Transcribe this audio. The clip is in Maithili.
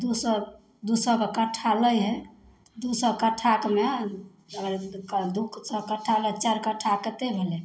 दुइ सओ दुइ सओके कट्ठा लै हइ दुइ सओ कट्ठामे दुइ सओ कट्ठामे चारि कट्ठा कतेक भेलै